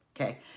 Okay